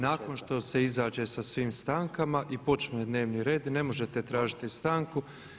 Nakon što se izađe sa svim stankama i počne dnevni red ne možete tražiti stanku.